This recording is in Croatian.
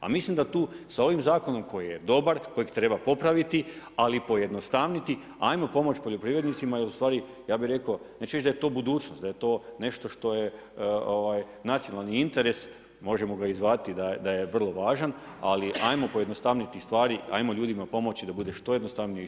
A mislim da tu sa ovim zakonom koji je dobar, kojeg treba popraviti ali i pojednostaviti hajmo pomoći poljoprivrednicima jer ustvari ja bih rekao neću reći da je to budućnost, da je to nešto što je nacionalni interes možemo ga i zvati da je vrlo važan, ali hajmo pojednostaviti stvari, hajmo ljudima pomoći da bude što jednostavnije i što bolje.